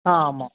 ஆ ஆமாம்